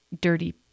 dirty